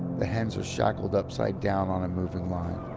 the hens are shackled upside-down on a moving line.